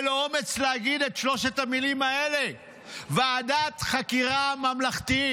אין לו אומץ להגיד את שלוש המילים האלה: ועדת חקירה ממלכתית.